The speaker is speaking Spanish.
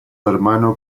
hermano